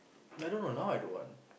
I don't know now I don't want